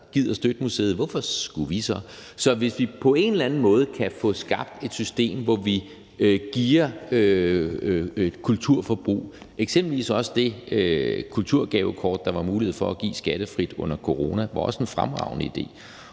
gider støtte museet, hvorfor skulle vi så? Så det handler om, at vi på en eller anden måde kan få skabt et system, hvor vi gearer kulturforbruget. Eksempelvis var også det kulturgavekort, der var mulighed for at give skattefrit under corona, en fremragende idé,